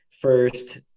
first